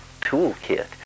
toolkit